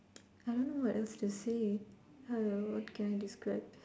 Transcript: I don't know what else to say hello what can I describe